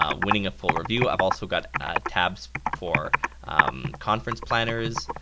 ah winning a full review, i've also got tabs for conference planners,